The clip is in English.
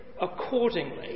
accordingly